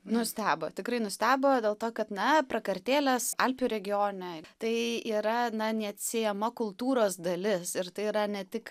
nustebo tikrai nustebo dėl to kad na prakartėlės alpių regione tai yra neatsiejama kultūros dalis ir tai yra ne tik